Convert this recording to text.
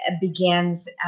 begins